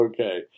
Okay